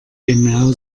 genau